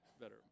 better